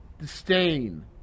disdain